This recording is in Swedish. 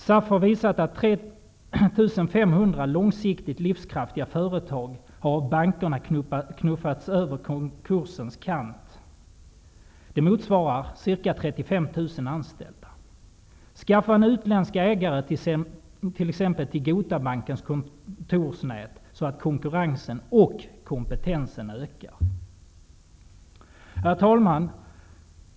SAF har visat att 3 500 långsiktigt livskraftiga företag av bankerna har knuffats över konkursens kant. Det motsvarar ca 35 000 anställda. Skaffa en utländsk ägare till t.ex. Gotabankens kontorsnät, så att konkurrensen och kompetensen ökar! Herr talman!